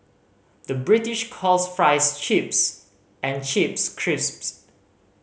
the British calls fries chips and chips crisps